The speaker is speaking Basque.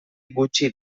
gutxi